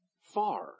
far